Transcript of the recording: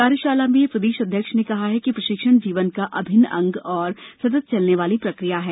कार्यशाला में प्रदेश अध्यक्ष ने कहा कि प्रशिक्षण जीवन का अभिन्न अंग और सतत चलने वाली प्रक्रिया है